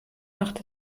macht